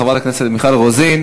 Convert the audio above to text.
חברת הכנסת מיכל רוזין,